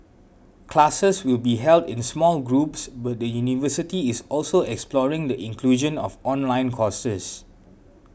classes will be held in small groups but the university is also exploring the inclusion of online courses